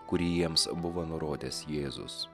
kurį jiems buvo nurodęs jėzus